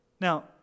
Now